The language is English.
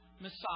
messiah